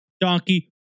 Donkey